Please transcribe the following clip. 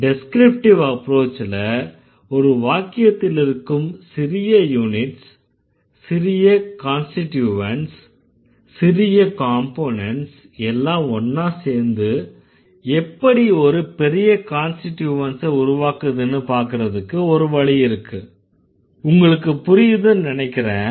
descriptive அப்ரோச்ல ஒரு வாக்கியத்தில் இருக்கும் சிறிய யூனிட்ஸ் சிறிய கான்ஸ்டிட்யூவன்ட்ஸ் சிறிய காம்போனண்ட்ஸ் எல்லாம் ஒன்னா சேர்ந்து எப்படி ஒரு பெரிய கான்ஸ்டிட்யூவன்ட்ஸ உருவாக்குதுன்னு பாக்கறதுக்கு ஒரு வழி இருக்கு உங்களுக்கு பிரியுதுன்னு நினைக்கறேன்